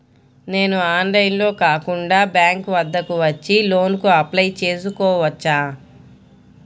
నేను ఆన్లైన్లో కాకుండా బ్యాంక్ వద్దకు వచ్చి లోన్ కు అప్లై చేసుకోవచ్చా?